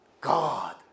God